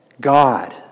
God